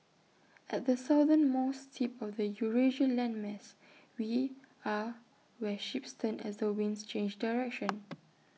at the southernmost tip of the Eurasia landmass we are where ships turn as the winds change direction